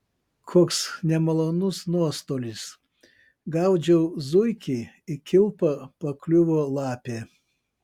koks nemalonus nuostolis gaudžiau zuikį į kilpą pakliuvo lapė